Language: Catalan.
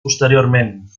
posteriorment